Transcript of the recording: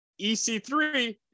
EC3